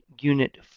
Unit